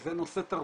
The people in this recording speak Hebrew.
וזה נושא תרבותי,